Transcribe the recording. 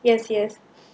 yes yes